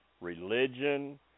Religion